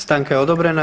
Stanka je odobrena.